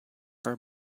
her